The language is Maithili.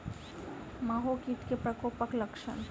माहो कीट केँ प्रकोपक लक्षण?